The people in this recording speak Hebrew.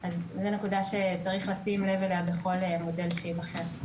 וזו נקודה שצריך לשים לב אליה בכל מודל שייבחר.